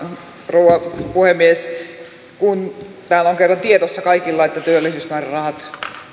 rouva puhemies kun täällä on kerran tiedossa kaikilla että työllisyysmäärärahat